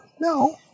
no